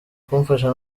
kumfasha